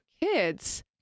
kids